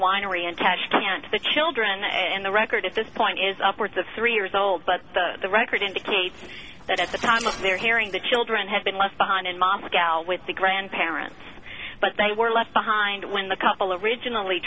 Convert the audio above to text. winery in tashkent to the children and the record at this point is upwards of three years old but the record indicates that at the time of their hearing the children had been left behind in moscow with the grandparents but they were left behind when the couple originally